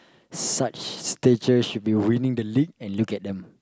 such stages should be winning the league and look at them